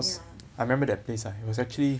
ya